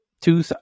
two